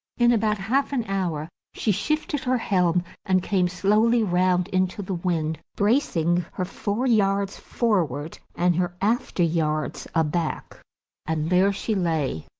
in about half an hour she shifted her helm and came slowly round into the wind, bracing her fore yards forward and her after yards aback and there she lay,